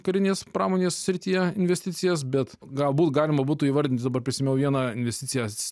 karinės pramonės srityje investicijas bet galbūt galima būtų įvardinti dabar prisiminiau vieną investiciją